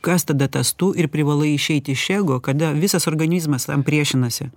kas tada tas tu ir privalai išeiti iš ego kada visas organizmas tam priešinasi